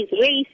race